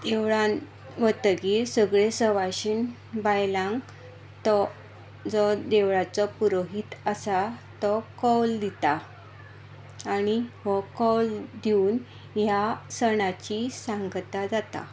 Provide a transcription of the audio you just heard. देवळान वतगीर सगळे सवाशीण बायलांक तो जो देवळाचो पुरोहीत आसा तो कौल दिता आनी हो कौल दिवन ह्या सणाची सांगता जाता